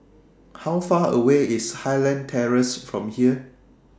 How Far away IS Highland Terrace from here